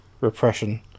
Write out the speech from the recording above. Repression